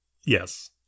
Yes